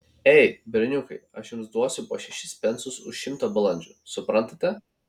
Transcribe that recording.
ei berniukai aš jums duosiu po šešis pensus už šimtą balandžių suprantate